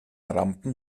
rampen